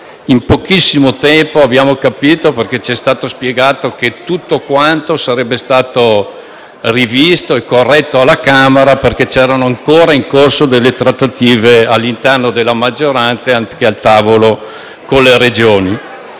in pochissimo tempo abbiamo invece capito, perché ci è stato spiegato, che tutto sarebbe stato rivisto e corretto alla Camera, perché erano ancora in corso trattative all'interno della maggioranza e al tavolo con le Regioni.